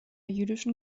jüdischen